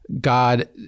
God